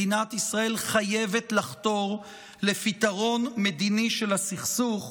מדינת ישראל חייבת לחתור לפתרון מדיני של הסכסוך,